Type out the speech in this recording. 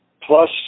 Plus